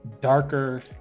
darker